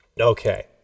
Okay